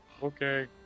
Okay